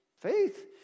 Faith